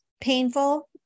painful